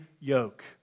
yoke